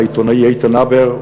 העיתונאי איתן הבר,